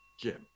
Jim